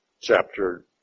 chapter